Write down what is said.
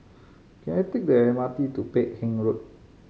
can I take the M R T to Peck Hay Road